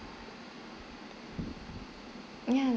yeah